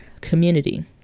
community